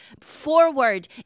forward